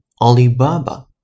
Alibaba